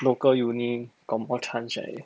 local uni confirm chance right